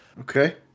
Okay